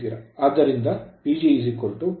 ಆದ್ದರಿಂದ PG 3I12 rf